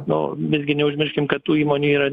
nu visgi neužmirškim kad tų įmonių yra